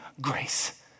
Grace